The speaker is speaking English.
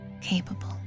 capable